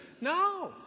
No